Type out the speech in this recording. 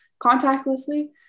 contactlessly